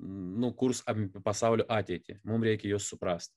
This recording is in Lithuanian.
nu kurs pasaulio ateitį mums reikia juos suprast